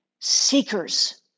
seekers